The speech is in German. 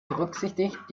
berücksichtigt